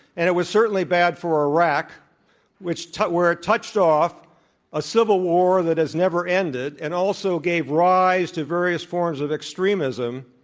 and it was certainly bad for iraq which where it touched off a civil war that has never ended and also gave rise to various forms of extremism.